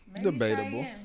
Debatable